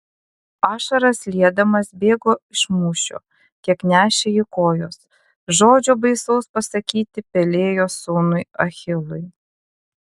ašaras liedamas bėgo iš mūšio kiek nešė jį kojos žodžio baisaus pasakyti pelėjo sūnui achilui